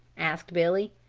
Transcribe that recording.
asked billy.